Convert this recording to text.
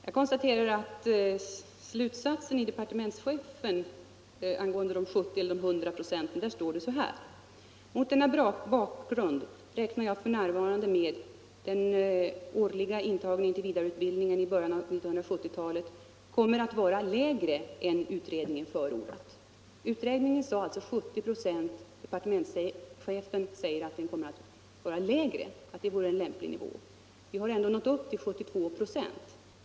Jag konstaterar att slutsatsen i departementschefens uttalande angående de 70 eller 100 procenten lyder så här: ”Mot denna bakgrund räknar jag f.n. med att den årliga intagningen till vidareutbildningen i början av 1970-talet kommer att vara lägre än utredningen förordat.” Utredningen sade alltså 70 procent; departementschefen säger att den lämpliga nivån bör vara lägre. Vidareutbildningskapaciteten har ändå nått upp till 72 procent.